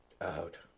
Out